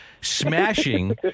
smashing